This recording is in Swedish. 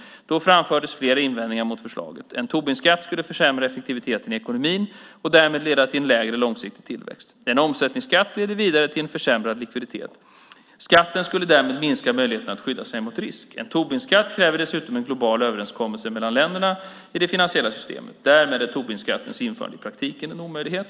Då framfördes flera invändningar mot förslaget. En Tobinskatt skulle försämra effektiviteten i ekonomin och därmed leda till lägre långsiktig tillväxt. En omsättningsskatt leder vidare till försämrad likviditet. Skatten skulle därmed minska möjligheten att skydda sig mot risk. En Tobinskatt kräver dessutom en global överenskommelse mellan länderna i det finansiella systemet. Därmed är Tobinskattens införande i praktiken en omöjlighet.